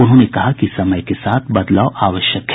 उन्होंने कहा कि समय के साथ बदलाव जरूरी है